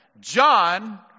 John